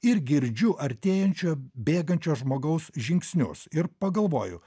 ir girdžiu artėjančio bėgančio žmogaus žingsnius ir pagalvoju